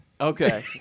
Okay